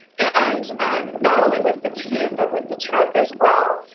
and not only with the team, but with the trip as well.